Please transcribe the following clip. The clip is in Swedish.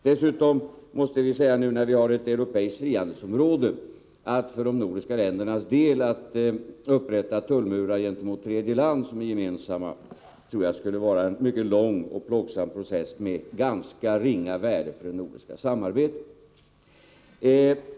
Dessutom: Nu när vi har ett europeiskt frihandelsområde tror jag att det för de nordiska ländernas del skulle vara en mycket lång och plågsam process av ganska ringa värde för det nordiska samarbetet om gemensamma tullmurar upprättades gentemot tredjeland.